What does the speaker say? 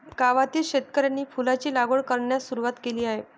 गावातील शेतकऱ्यांनी फुलांची लागवड करण्यास सुरवात केली आहे